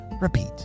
repeat